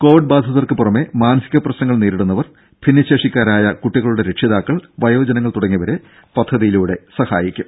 Covid ബാധിതർക്കു പുറമെ മാനസിക പ്രശ്നങ്ങൾ നേരിടുന്നവർ ഭിന്നശേഷിക്കാരായ കുട്ടികളുടെ രക്ഷിതാക്കൾ വയോജനങ്ങൾ തുടങ്ങിയവരെ പദ്ധതിയിലൂടെ സഹായിക്കും